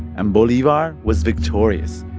and bolivar was victorious.